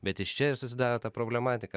bet iš čia ir susidaro ta problematika